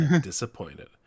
disappointed